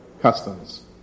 customs